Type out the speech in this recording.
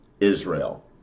Israel